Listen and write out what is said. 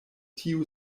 tiu